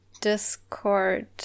discord